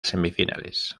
semifinales